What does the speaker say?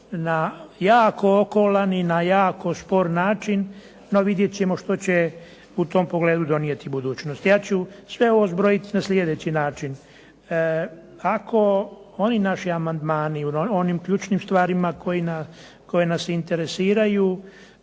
na jako okolan i na jako spor način. No vidjet ćemo što će u tom pogledu donijeti budućnost. Ja ću sve ovo zbrojiti na sljedeći način. Ako oni naši amandmani u onim ključnim stvarima koji nas interesiraju